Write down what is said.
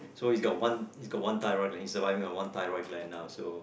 so he's got one thyroid gland he's surviving on one thyroid gland now so